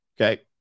Okay